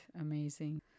amazing